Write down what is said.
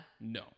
no